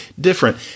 different